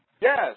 Yes